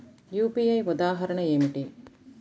UPI ఉదాహరణ ఏమిటి?